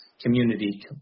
Community